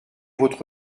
votre